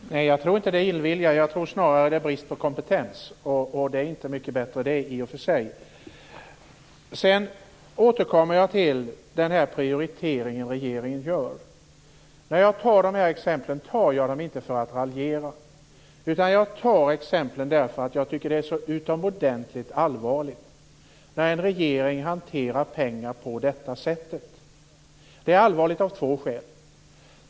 Herr talman! Jag tror inte att det är illvilja. Jag tror snarare att det är brist på kompetens. Det är inte mycket bättre det, i och för sig. Jag återkommer till den prioritering som regeringen gör. När jag tar de här exemplen tar jag dem inte för att raljera. Jag tar dem därför att jag tycker att det är så utomordentligt allvarligt när en regering hanterar pengar på detta sätt. Det är allvarligt av två skäl.